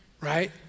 right